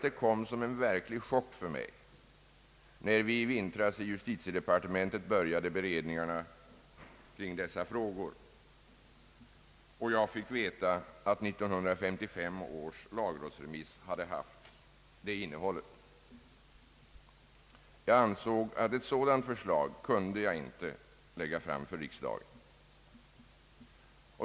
Det kom som en verklig chock för mig när vi i vintras i justitiedepartementet började beredningarna i dessa frågor och jag fick veta att 1955 års lagrådsremiss hade haft det innehållet. Jag ansåg att ett sådant förslag kunde jag inte lägga fram för riksdagen.